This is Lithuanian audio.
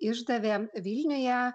išdavė vilniuje